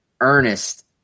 Ernest